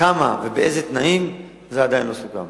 כמה ובאיזה תנאים, זה עדיין לא סוכם.